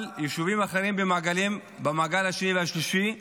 אבל יישובים אחרים בצפון, במעגל השני והשלישי,